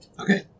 Okay